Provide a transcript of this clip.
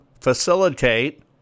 facilitate